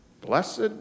Blessed